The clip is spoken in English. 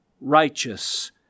righteous